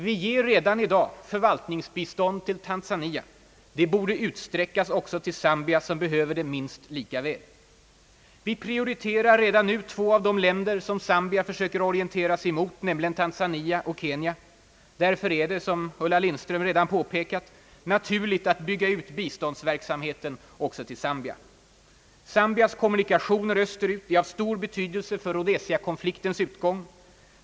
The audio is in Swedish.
Vi ger redan i dag förvaltningsbistånd till Tanzania. Det borde utsträckas också till Zambia, som behöver det minst lika väl. Vi prioriterar redan nu två av de länder, som Zambia försöker orientera sig mot, nämligen Tanzania och Kenya. Därför är det, som fru Lindström redan påpekat, naturligt att bygga ut biståndsverksamheten också i Zambia. Zambias kommunikationer öster ut är av stor betydelse för Rhodesiakonfliktens utgång.